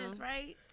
right